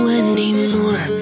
anymore